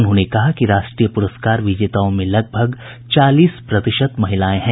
उन्होंने कहा कि राष्ट्रीय पुरस्कार विजेताओं में लगभग चालीस प्रतिशत महिलाएं हैं